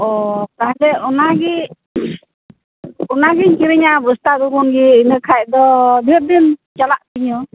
ᱚᱻ ᱛᱟᱦᱚᱞᱮ ᱚᱱᱟᱜᱮ ᱚᱱᱟᱜᱮᱧ ᱠᱤᱨᱤᱧᱟ ᱵᱚᱥᱛᱟ ᱜᱚᱦᱩᱢ ᱜᱮ ᱤᱱᱟᱹᱠᱷᱟᱡ ᱫᱚ ᱰᱷᱮᱨ ᱫᱤᱱ ᱪᱟᱞᱟᱜ ᱛᱤᱧᱟᱹ